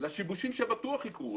לשיבושים שבטוח יקרו.